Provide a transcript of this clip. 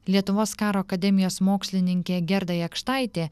lietuvos karo akademijos mokslininkė gerda jakštaitė